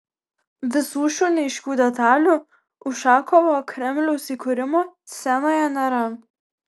visų šių neaiškių detalių ušakovo kremliaus įkūrimo scenoje nėra